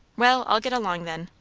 well, i'll get along, then,